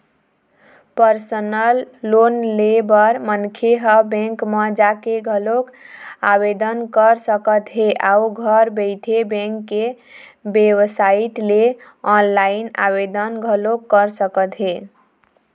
personal loan ले बर मनखे ह बेंक म जाके घलोक आवेदन कर सकत हे अउ घर बइठे बेंक के बेबसाइट ले ऑनलाईन आवेदन घलोक कर सकत हे